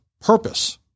Purpose